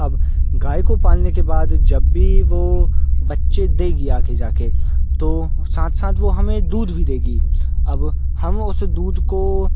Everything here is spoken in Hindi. अब गाय को पालने के बाद जब भी वह बच्चे देगी आगे जाकर तो साथ साथ वह हमें दूध भी देगी अब हम उस दूध को